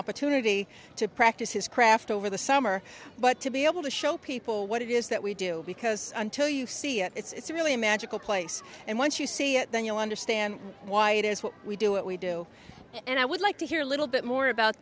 opportunity to practice his craft over the summer but to be able to show people what it is that we do because until you see it it's really a magical place and once you see it then you understand why it is what we do what we do and i would like to hear a little bit more about